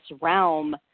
realm